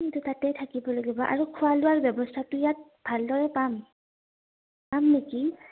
কিন্তু তাতে থাকিব লাগিব আৰু খোৱা লোৱাৰ ব্যৱস্থাটো ইয়াত ভালদৰে পাম পাম নেকি